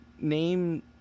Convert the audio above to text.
name